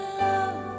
love